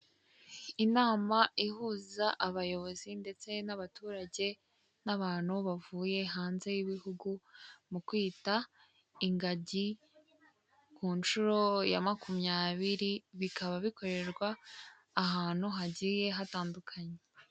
Inama ihuza abayobozi ndetse n'abaturage, n'abantu bavuye hanze y'ibihugu, mu kwita ingagi ku nshuro ya makumyabiri bikaba bikorerwa ahantu hagiye hatandukanye.